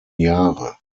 jahre